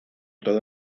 todo